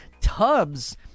tubs